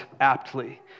aptly